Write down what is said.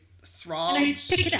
throbs